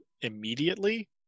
immediately